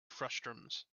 frustums